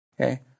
Okay